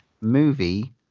movie